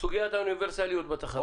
סוגיית האוניברסליות בתחרות.